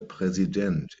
präsident